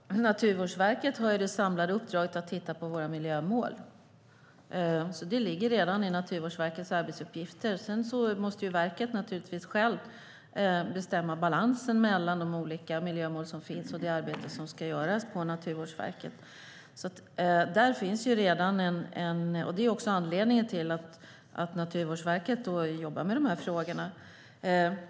Fru talman! Naturvårdsverket har det samlade uppdraget att titta på våra miljömål. Det ligger redan i Naturvårdsverkets arbetsuppgifter. Sedan måste verket självt bestämma balansen mellan de olika miljömål som finns och det arbete som ska göras på Naturvårdsverket. Det är anledningen till att Naturvårdsverket jobbar med frågorna.